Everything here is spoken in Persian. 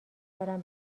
دارم